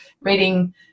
reading